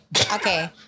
Okay